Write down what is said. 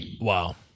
Wow